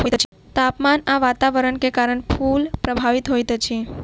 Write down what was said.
तापमान आ वातावरण के कारण फूल प्रभावित होइत अछि